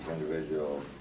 individual